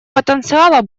потенциала